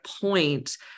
point